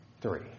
three